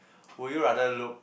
would you rather look